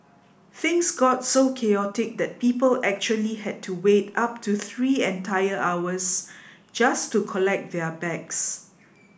things got so chaotic that people actually had to wait up to three entire hours just to collect their bags